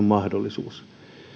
mahdollisuus